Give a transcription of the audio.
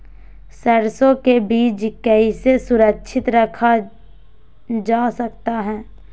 सरसो के बीज कैसे सुरक्षित रखा जा सकता है?